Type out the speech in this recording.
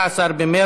16,